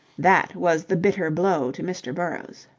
that was the bitter blow to mr. burrowes.